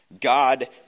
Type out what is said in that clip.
God